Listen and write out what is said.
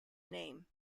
name